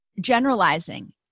generalizing